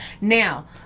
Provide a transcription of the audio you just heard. Now